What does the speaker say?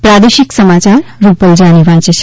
પ્રાદેશિક સમાચાર રૂપલ જાની વાંચે છે